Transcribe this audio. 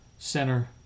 center